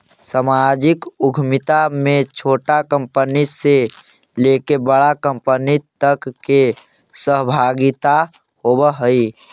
सामाजिक उद्यमिता में छोटा कंपनी से लेके बड़ा कंपनी तक के सहभागिता होवऽ हई